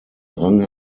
rang